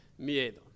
miedo